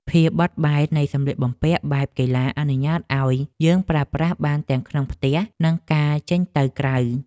ភាពបត់បែននៃសម្លៀកបំពាក់បែបកីឡាអនុញ្ញាតឱ្យយើងប្រើប្រាស់បានទាំងក្នុងផ្ទះ និងការចេញទៅក្រៅ។